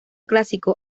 clásico